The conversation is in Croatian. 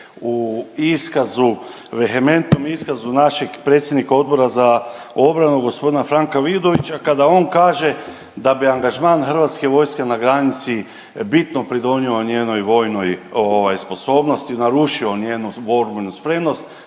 vehementnom iskazu našeg predsjednika Odbora za obranu g. Franka Vidovića kada on kaže da bi angažman hrvatske vojske na granici bitno pridonio njenoj vojnoj sposobnosti, narušio njenu borbenu spremnost.